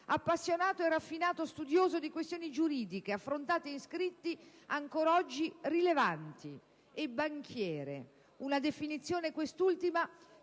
appassionato e raffinato studioso di questioni giuridiche, affrontate in scritti ancora oggi rilevanti; banchiere. Una definizione, quest'ultima,